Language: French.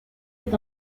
est